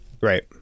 Right